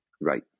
Right